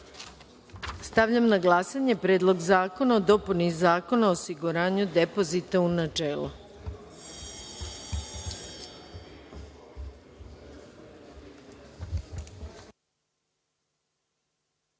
stavljam na glasanje Predlog zakona o dopuni Zakona o osiguranju depozita, u